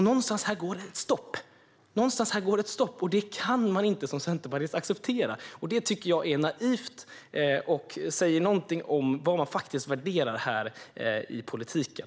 Någonstans här finns ett stopp, och det kan man som centerpartist inte acceptera. Det tycker jag är naivt och säger någonting om vad man faktiskt värderar i politiken.